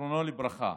זיכרונו לברכה,